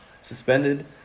suspended